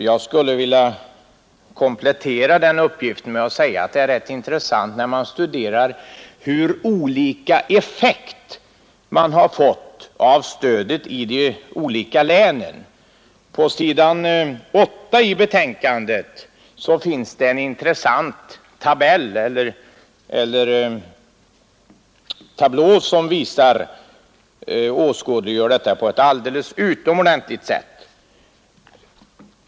Jag skulle vilja komplettera den uppgiften med att säga att det är intressant att studera hur olika effekt man har fått av stödet i de olika länen. På s. 8 i betänkandet finns en tablå som åskådliggör detta på ett alldeles utomordentligt sätt.